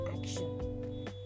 action